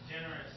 Generous